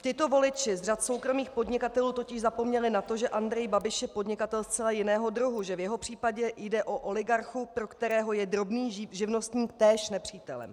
Tito voliči z řad soukromých podnikatelů totiž zapomněli na to, že Andrej Babiš je podnikatel zcela jiného druhu, že v jeho případě jde o oligarchu, pro kterého je drobný živnostník též nepřítelem.